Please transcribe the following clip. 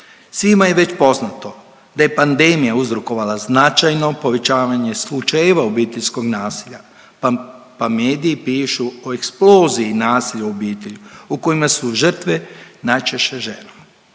Svima je već poznato da je pandemija uzrokovala značajno povećavanje slučajeva obiteljskog nasilja, pa mediji pišu o eksploziji nasilja u obitelji u kojima su žrtve najčešće žene.